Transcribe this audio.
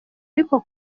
ariko